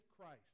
Christ